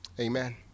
Amen